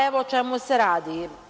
Evo o čemu se radi.